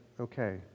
okay